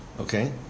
Okay